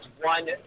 one